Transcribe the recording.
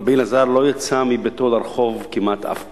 רבי אלעזר לא יצא מביתו לרחוב כמעט אף פעם.